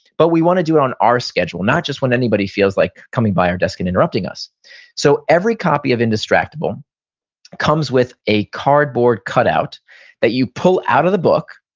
but we want to do it on our schedule, not jut when anybody feels like coming by our desk and interrupting us so every copy of indistractable comes with a cardboard cutout that you pull out of the book,